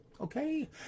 Okay